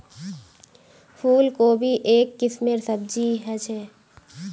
फूल कोबी एक किस्मेर सब्जी ह छे